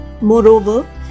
Moreover